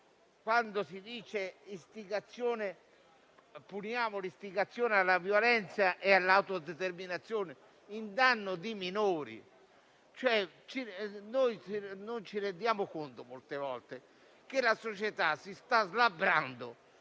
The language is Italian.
volto a punire l'istigazione alla violenza e all'autodeterminazione in danno di minori. Non ci rendiamo conto molte volte che la società si slabbra